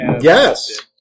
Yes